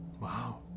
Wow